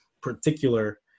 particular